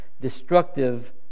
destructive